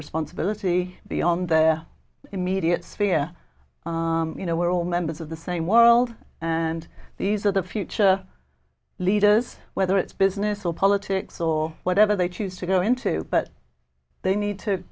responsibility beyond their immediate sphere you know we're all members of the same world and these are the future leaders whether it's business or politics or whatever they choose to go into but they need to